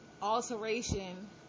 alteration